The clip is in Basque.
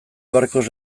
barkos